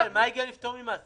בצלאל, מה הגיון לפטור ממס?